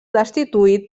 destituït